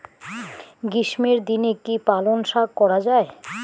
গ্রীষ্মের দিনে কি পালন শাখ করা য়ায়?